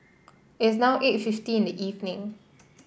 it's now eight fifty in the evening